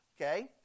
okay